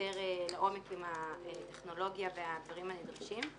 יותר לעומק עם הטכנולוגיה והדברים הנדרשים.